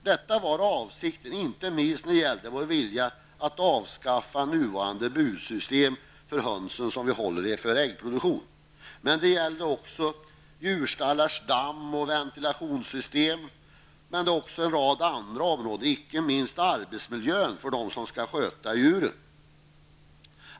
Detta var avsikten inte minst när det gällde vår vilja att avskaffa nuvarande bursystem för höns som hålls för äggproduktion. Det gällde också damm och ventilationssystem i djurstallar, men en rad andra områden, inte minst arbetsmiljön för dem som skall sköta djuren.